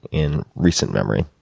in recent memory?